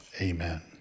Amen